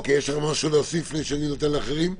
יש עוד משהו להוסיף, לפני שאני נותן לאחרים?